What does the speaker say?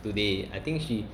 today I think she